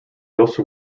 also